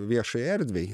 viešai erdvei